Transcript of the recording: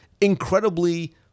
incredibly